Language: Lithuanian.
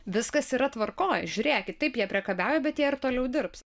viskas yra tvarkoj žiūrėkit taip jie priekabiauja bet jie ir toliau dirbs